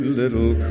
little